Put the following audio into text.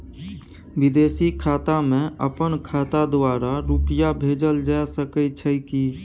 विदेशी खाता में अपन खाता द्वारा रुपिया भेजल जे सके छै की?